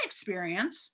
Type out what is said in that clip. experience